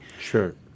sure